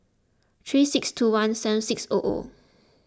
three six two one seven six O O